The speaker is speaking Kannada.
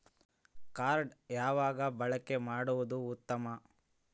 ಕಾರ್ಡ್ ಯಾವಾಗ ಬಳಕೆ ಮಾಡುವುದು ಉತ್ತಮ?